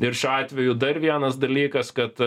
ir šiuo atveju dar vienas dalykas kad